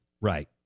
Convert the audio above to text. Right